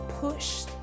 push